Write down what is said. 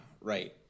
right